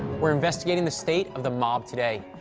we're investigating the state of the mob today.